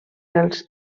als